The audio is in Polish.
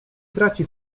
traci